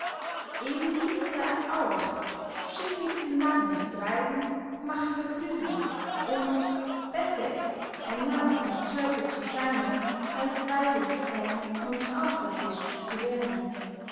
eben dieser sagt auch schicklich den narren zu treiben macht vergnügen und besser ists ein narr und tölpel zu scheinen als weise zu seyn und ausgezischt zu werden